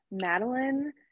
Madeline